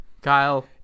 Kyle